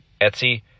Etsy